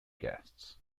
guests